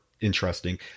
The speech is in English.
interesting